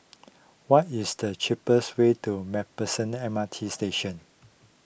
what is the cheapest way to MacPherson M R T Station